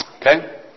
Okay